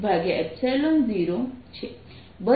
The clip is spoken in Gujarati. અને આ Charge enclosed0 છે